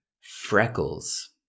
freckles